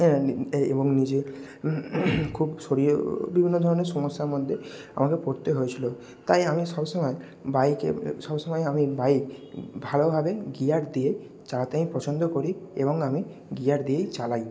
হ্যাঁ এবং নিজে খুব শরীরে বিভিন্ন ধরনের সমস্যার মধ্যে আমাকে পড়তে হয়েছিল তাই আমি সব সময় বাইকে সব সময় আমি বাইক ভালোভাবে গিয়ার দিয়ে চালাতে আমি পছন্দ করি এবং আমি গিয়ার দিয়েই চালাই